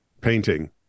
painting